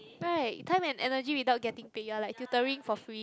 right time and energy without getting paid you are like tutoring for free